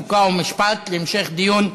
חוק ומשפט להמשך דיון,